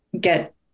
get